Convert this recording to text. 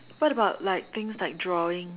what about like things like drawing